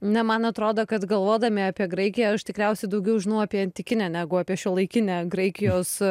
ne man atrodo kad galvodami apie graikiją aš tikriausiai daugiau žinau apie antikinę negu apie šiuolaikinę graikijos